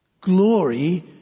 glory